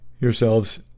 yourselves